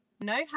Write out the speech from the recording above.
No